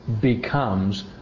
becomes